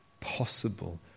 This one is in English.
possible